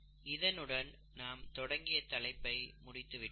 இதனுடன் நாம் தொடங்கிய தலைப்பை முடித்துவிட்டோம்